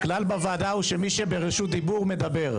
הכלל בוועדה הוא שמי שברשות דיבור מדבר,